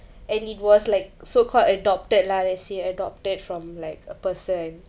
and it was like so called adopted lah let's say adopted from like a person